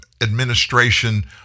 administration